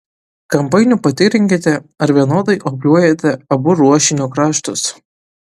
kampainiu patikrinkite ar vienodai obliuojate abu ruošinio kraštus